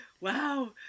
wow